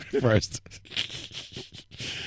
first